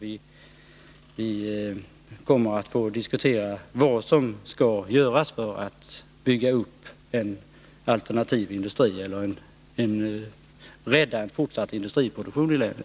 Vi kommer att få diskutera vad som skall göras när det gäller att bygga upp en alternativ industri eller att säkra en fortsättning av industriproduktionen i länet.